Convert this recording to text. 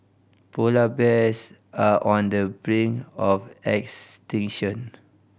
polar bears are on the brink of extinction